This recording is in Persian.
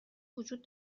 وجود